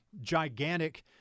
gigantic—